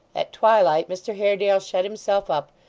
at twilight, mr haredale shut himself up,